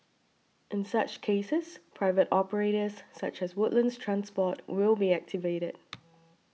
in such cases private operators such as Woodlands Transport will be activated